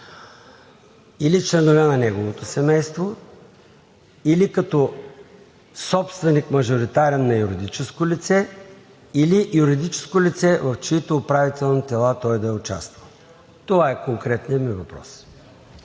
или членове на неговото семейство, или като собственик, мажоритарен на юридическо лице, или юридическо лице, в чиито управителни тела той да е участвал? Това е конкретният ми въпрос.